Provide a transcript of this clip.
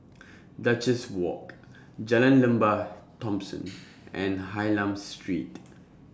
Duchess Walk Jalan Lembah Thomson and Hylam Street